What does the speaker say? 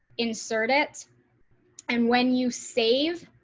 insert it and when you save